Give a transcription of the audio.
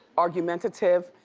argumentative,